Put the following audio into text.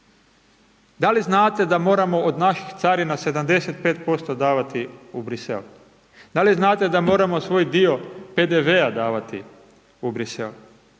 Da li znate da moramo od naših carina 75% davati u Bruxelles, da li znate da moramo svoj dio PDV-a davati u Bruxelles,